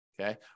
Okay